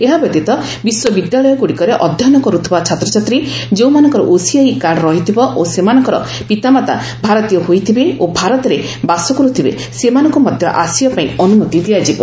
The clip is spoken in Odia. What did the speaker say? ଏହା ବ୍ୟତୀତ ବିଶ୍ୱବିଦ୍ୟାଳୟଗ୍ରଡ଼ିକରେ ଅଧ୍ୟୟନ କର୍ତ୍ତିବା ଛାତ୍ରଛାତ୍ରୀ ଯେଉଁମାନଙ୍କର ଓସିଆଇ କାର୍ଡ ରହିଥିବ ଓ ସେମାନଙ୍କର ପିତାମାତା ଭାରତୀୟ ହୋଇଥିବେ ଓ ଭାରତରେ ବାସ କର୍ରଥିବେ ସେମାନଙ୍କ ମଧ୍ୟ ଆସିବା ପାଇଁ ଅନ୍ତମତି ଦିଆଯିବ